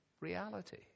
reality